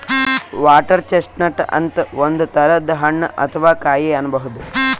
water chestnut ಅಂತ್ ಒಂದ್ ತರದ್ ಹಣ್ಣ್ ಅಥವಾ ಕಾಯಿ ಅನ್ಬಹುದ್